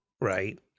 right